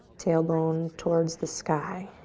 tailbone towards the sky.